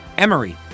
Emory